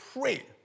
pray